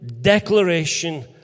declaration